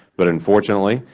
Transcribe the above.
but unfortunately,